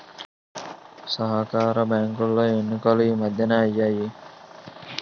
సహకార బ్యాంకులో ఎన్నికలు ఈ మధ్యనే అయ్యాయి